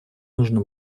нужно